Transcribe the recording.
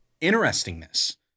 interestingness